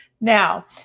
Now